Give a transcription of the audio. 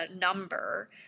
number